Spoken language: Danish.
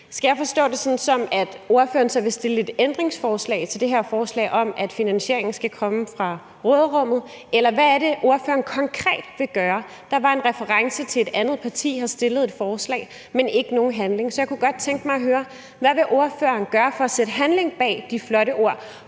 Skal jeg forstå det på den måde, at ordføreren så vil stille et ændringsforslag til det her forslag om, at finansieringen skal komme fra råderummet, eller hvad er det, ordføreren konkret vil gøre? Der var en reference til et andet parti, der har fremsat et forslag, men ikke nogen handling, så jeg kunne godt tænke mig at høre, hvad ordføreren vil gøre for at sætte handling bag de flotte ord